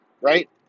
right